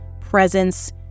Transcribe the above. presence